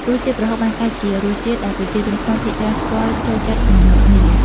រសជាតិប្រហុកបានក្លាយជារសជាតិដែលប្រជាជនខ្មែរភាគច្រើនស្គាល់ ចូលចិត្ត និងនឹកនា។